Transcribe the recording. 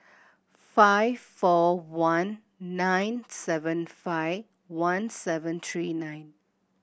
five four one nine seven five one seven three nine